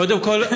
קודם כול,